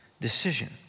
decision